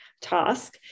Task